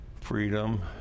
Freedom